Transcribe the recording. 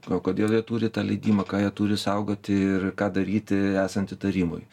o kodėl jie turi tą leidimą ką jie turi saugoti ir ką daryti esant įtarimui